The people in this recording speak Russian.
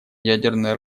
ядерное